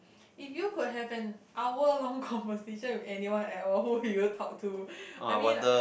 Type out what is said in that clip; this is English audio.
if you could have an hour long conversation with anyone at all who would you talk to I mean